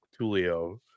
Tulio